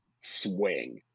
swing